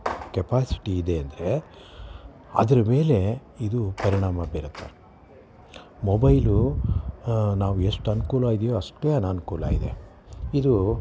capacity ಇದೆ ಅಂದರೆ ಅದರ ಮೇಲೆ ಇದು ಪರಿಣಾಮ ಬೀರುತ್ತೆ ಮೊಬೈಲು ನಾವು ಎಷ್ಟು ಅನುಕೂಲ ಇದೆಯೋ ಅಷ್ಟೇ ಅನನುಕೂಲ ಇದೆ ಇದು